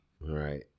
right